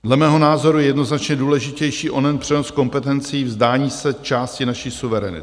Dle mého názoru je jednoznačně důležitější onen přenos kompetencí, vzdání se části naší suverenity.